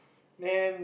then